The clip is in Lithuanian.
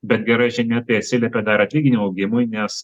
bet gera žinia tai atsiliepia dar atlyginimų augimui nes